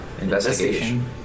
Investigation